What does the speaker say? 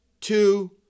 two